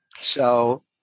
So-